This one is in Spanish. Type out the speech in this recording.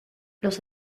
los